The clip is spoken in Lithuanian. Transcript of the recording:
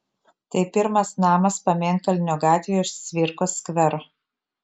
tai pirmas namas pamėnkalnio gatvėje už cvirkos skvero